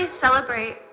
celebrate